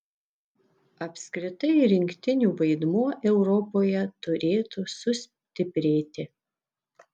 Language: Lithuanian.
apskritai rinktinių vaidmuo europoje turėtų sustiprėti